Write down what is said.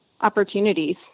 opportunities